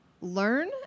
learn